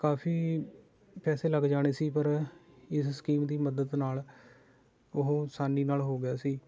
ਕਾਫੀ ਪੈਸੇ ਲੱਗ ਜਾਣੇ ਸੀ ਪਰ ਇਸ ਸਕੀਮ ਦੀ ਮਦਦ ਨਾਲ ਉਹ ਅਸਾਨੀ ਨਾਲ ਹੋ ਗਿਆ ਸੀ